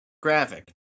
Graphic